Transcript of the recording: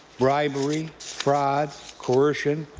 bribery, fraud, coercion,